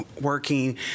working